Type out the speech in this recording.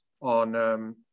on